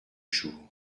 jour